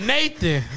Nathan